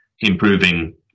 improving